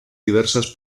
diversas